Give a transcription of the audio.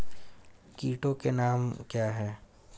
कीटों के नाम क्या हैं?